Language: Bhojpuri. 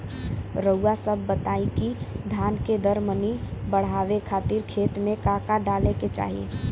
रउआ सभ बताई कि धान के दर मनी बड़ावे खातिर खेत में का का डाले के चाही?